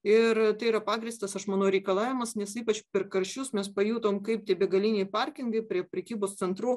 ir tai yra pagrįstas aš manau reikalavimus nes ypač per karščius mes pajutom kaip tie begaliniai parkingai prie prekybos centrų